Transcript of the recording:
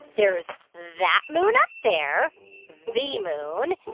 there's that moon up there the moon.